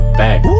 back